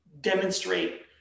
demonstrate